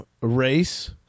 race